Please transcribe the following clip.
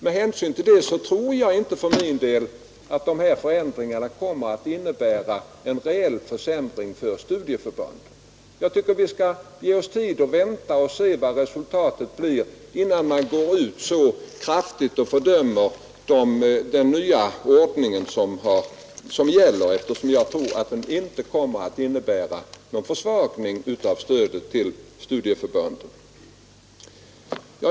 Med hänsyn till detta tror jag inte för min del att dessa förändringar kommer att innebära en reell försämring för studieförbunden. Jag tycker vi skall ge oss tid att vänta och se vad resultatet blir innan man så kraftigt fördömer den nya ordning som gäller, eftersom jag tror att den inte kommer att innebära någon försvagning av stödet till studieförbunden.